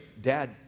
Dad